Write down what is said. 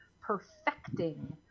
perfecting